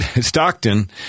Stockton